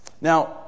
Now